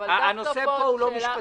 הנושא כאן הוא לא משפטי.